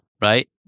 right